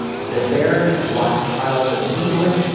the baron rothschild of england,